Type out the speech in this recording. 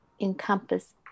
encompass